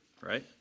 right